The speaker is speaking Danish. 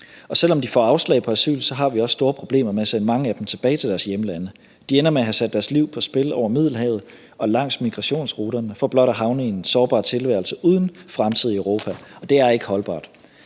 Og selv om de får afslag på asyl, har vi også store problemer med at sende mange af dem tilbage til deres hjemlande. De ender med at have sat deres liv på spil over Middelhavet og langs migrationsruterne for blot at havne i en sårbar tilværelse uden fremtid i Europa. Og det er ikke holdbart.